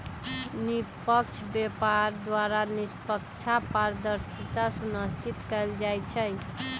निष्पक्ष व्यापार द्वारा निष्पक्षता, पारदर्शिता सुनिश्चित कएल जाइ छइ